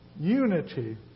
unity